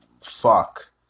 fuck